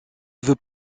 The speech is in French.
veut